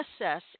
assess